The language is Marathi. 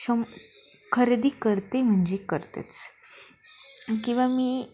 शम् खरेदी करते म्हणजे करतेच किंवा मी